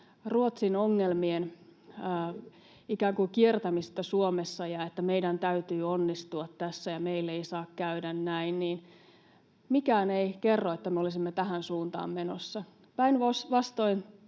Ruotsin ongelmien ikään kuin kiertämisestä Suomessa ja että meidän täytyy onnistua tässä ja meille ei saa käydä näin, niin mikään ei kerro, että me olisimme tähän suuntaan menossa — päinvastoin